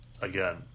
again